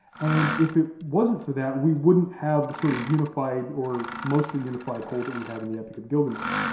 and if it wasn't for that, we wouldn't have a sort of unified or mostly unified whole that we have in the epic of gilgamesh.